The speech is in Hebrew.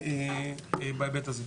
בהיבט הזה.